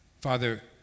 Father